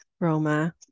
Roma